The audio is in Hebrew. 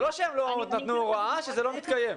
זה לא שהם לא נתנו הוראה אלא שזה לא מתקיים.